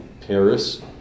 Paris